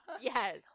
Yes